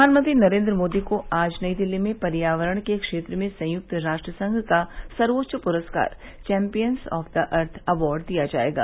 प्रधानमंत्री नरेन्द्र मोदी को आज नई दिल्ली में पर्यावरण के क्षेत्र में संयुक्त राष्ट्र संघ का सर्वोच्च पुरस्कार champions of the earth award दिया जाएगा